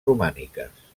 romàniques